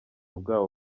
bwabo